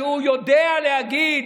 שהוא יודע להגיד